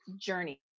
journey